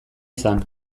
izan